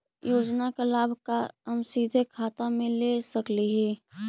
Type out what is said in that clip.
योजना का लाभ का हम सीधे खाता में ले सकली ही?